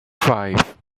five